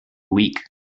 week